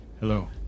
Hello